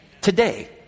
today